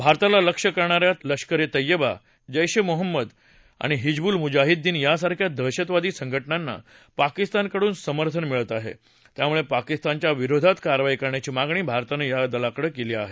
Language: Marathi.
भारताला लक्ष्य करणाऱ्या लष्कर ए तय्यबा जैश ए मोहम्मद आणि हिजबुल मुजाहिदीन यांसारख्या दहशतवादी संघ ञांना पाकिस्तानकडून समर्थन मिळत आहे त्यामुळे पाकिस्तानच्या विरोधात कारवाई करण्याची मागणी भारतानं या दलाकडे केली आहे